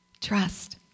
Trust